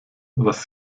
was